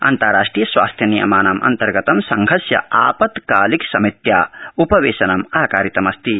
अन्ताराष्ट्रिय स्वास्थ्य नियमानाम् अन्तर्गत संघस्य आपत्कालिक समित्या उपवेशनम् आकरितमस्ति